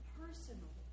personal